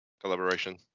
collaboration